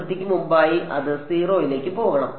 അതിർത്തിക്ക് മുമ്പായി അത് 0 ലേക്ക് പോകണം